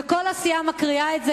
וכל הסיעה מקריאה את זה.